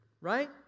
right